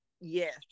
Yes